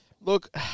Look